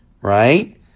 right